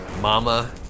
Mama